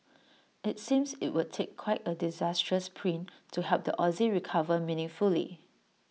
IT seems IT would take quite A disastrous print to help the Aussie recover meaningfully